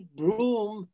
broom